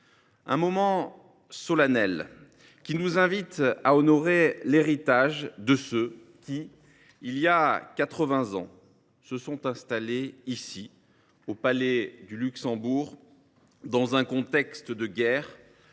Ce moment solennel nous invite à honorer l’héritage de ceux qui, voilà quatre vingts ans, se sont installés ici, au Palais du Luxembourg, dans un contexte de guerre,